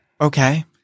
Okay